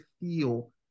feel